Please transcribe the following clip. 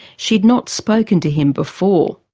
she'd not spoken to him before.